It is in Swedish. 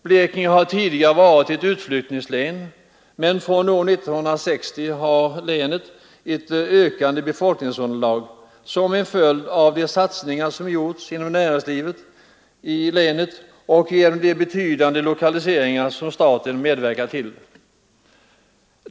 Blekinge har tidigare varit ett utflyttningslän. Men från år 1960 har länet ett ökande befolkningsunderlag som en följd av de satsningar som gjorts inom näringslivet i länet och genom de betydande lokaliseringar som staten medverkat till.